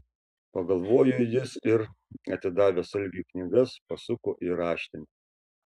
pagalvojo jis ir atidavęs algiui knygas pasuko į raštinę